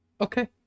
okay